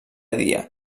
dia